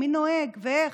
או מי נוהג ואיך.